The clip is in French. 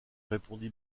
répondit